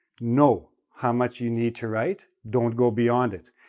know how much you need to write, don't go beyond it.